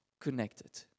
connected